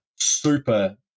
super